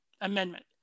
amendment